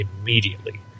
immediately